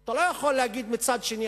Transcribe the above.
אתה לא יכול להגיד מצד שני,